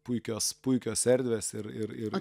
puikios puikios erdvės ir ir ir